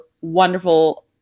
wonderful